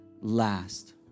last